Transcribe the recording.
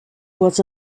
was